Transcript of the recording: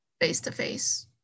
face-to-face